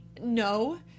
No